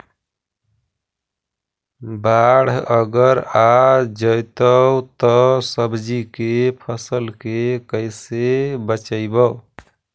बाढ़ अगर आ जैतै त सब्जी के फ़सल के कैसे बचइबै?